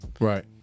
Right